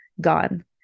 gone